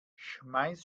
schmeiß